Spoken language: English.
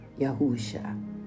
Yahusha